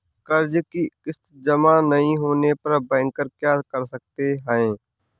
कर्ज कि किश्त जमा नहीं होने पर बैंकर क्या कर सकते हैं?